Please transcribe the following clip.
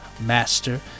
master